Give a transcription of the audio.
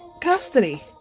custody